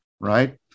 right